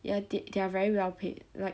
ya they they are very well paid like